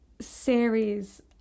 series